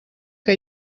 que